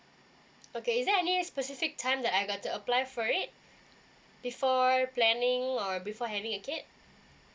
okay is there any specific time that I got to apply for it before planning or before having a kid